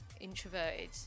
introverted